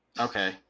okay